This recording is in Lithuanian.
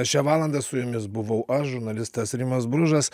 šią valandą su jumis buvau aš žurnalistas rimas bružas